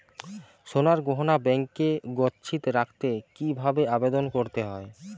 সোনার গহনা ব্যাংকে গচ্ছিত রাখতে কি ভাবে আবেদন করতে হয়?